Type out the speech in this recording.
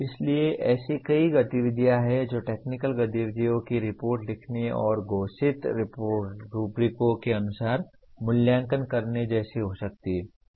इसलिए ऐसी कई गतिविधियाँ हैं जो टेक्निकल गतिविधियों की रिपोर्ट लिखने और घोषित रूब्रिकों के अनुसार मूल्यांकन करने जैसी हो सकती हैं